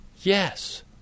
Yes